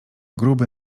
gruby